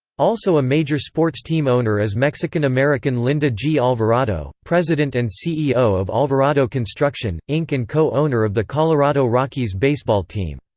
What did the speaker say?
also a major sports team owner is mexican-american linda g. alvarado, president and ceo of alvarado construction, inc. and co-owner of the colorado rockies baseball team.